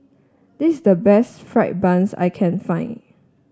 this is the best fried bun that I can find